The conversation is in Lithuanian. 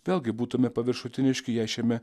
vėlgi būtume paviršutiniški jei šiame